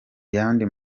yandi